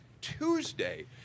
Tuesday